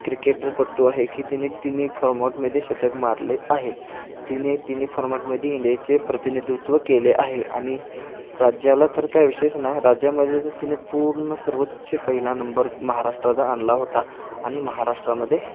क्रिकेटपटू आहे की तिने तिन्ही फॉर्मॅटमध्ये शतक मारले आहे तिने तिन्ही फॉर्मॅटमध्ये इंडियाचे प्रतिनिधित्व केले आहे आणि राज्याला तर काय विशेष नाही राज्यामध्ये तर तिने पूर्ण सर्वोच्च पहिला नंबर महाराष्ट्राचा आणला होता आणि महाराष्ट्रामध्ये